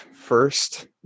first